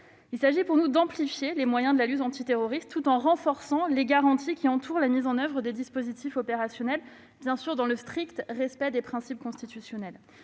Il s'agit pour nous d'amplifier les moyens de la lutte antiterroriste tout en renforçant les garanties entourant la mise en oeuvre des dispositifs opérationnels, dans le strict respect des principes constitutionnels.